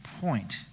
point